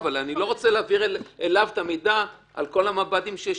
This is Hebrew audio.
אני לא רוצה להעביר אליו את המידע על כל המב"דים שיש,